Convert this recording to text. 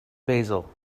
basil